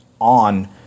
on